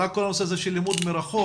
עלה כל הנושא של לימוד מרחוק